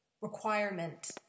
requirement